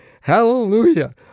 Hallelujah